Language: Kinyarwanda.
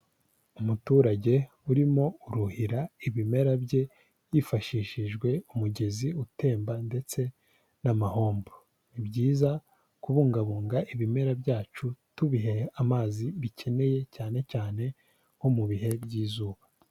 Umuturage urimo uruhira ibimera bye, hifashishijwe umugezi utemba ndetse n'amahombo, ni byiza kubungabunga ibimera byacu, tubihe amazi bikeneye cyane cyane nko mu bihe by'izuba.